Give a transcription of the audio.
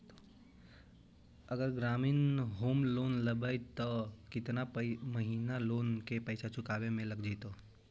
अगर ग्रामीण home loan लेबै त केतना महिना लोन के पैसा चुकावे में लग जैतै?